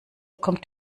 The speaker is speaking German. kommt